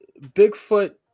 Bigfoot